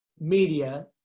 media